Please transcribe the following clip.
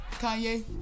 Kanye